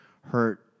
hurt